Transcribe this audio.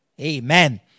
Amen